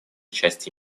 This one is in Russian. части